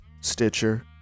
stitcher